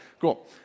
Cool